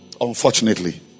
Unfortunately